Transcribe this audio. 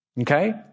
Okay